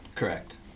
Correct